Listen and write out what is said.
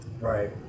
Right